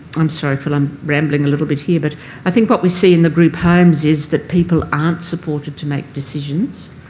i'm sorry if i'm a little bit here but i think what we see in the group homes is that people aren't supported to make decisions.